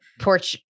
porch